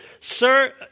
Sir